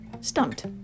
stumped